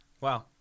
Wow